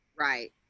right